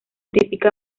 típica